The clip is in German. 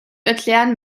erklären